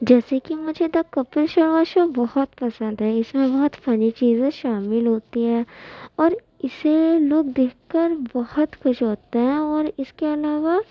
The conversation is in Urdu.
جیسے کہ مجھے دا کپل شرما شو بہت پسند ہے اس میں بہت فنی چیزیں شامل ہوتی ہیں اور اسے لوگ دیکھ کر بہت خوش ہوتے اور اس کے علاوہ